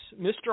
Mr